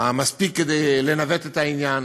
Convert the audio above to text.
מספיק כדי לנווט את העניין.